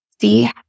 see